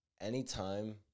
Anytime